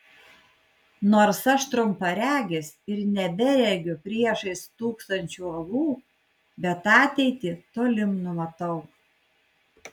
nors aš trumparegis ir neberegiu priešais stūksančių uolų bet ateitį toli numatau